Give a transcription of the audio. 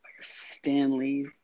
Stanley